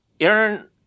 Aaron